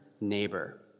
neighbor